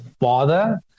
father